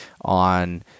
on